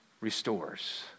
restores